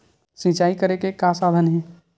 सिंचाई करे के का साधन हे?